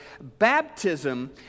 baptism